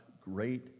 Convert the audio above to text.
great